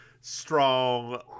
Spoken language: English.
strong